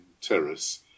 terrace